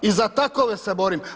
I za takove se borim.